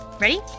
Ready